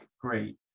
Great